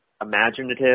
imaginative